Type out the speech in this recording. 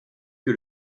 que